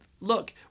look